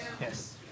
Yes